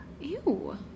Ew